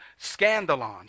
scandalon